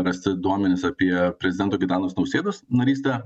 rasti duomenys apie prezidento gitanos nausėdos narystę